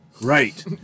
Right